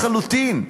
הזוי לחלוטין.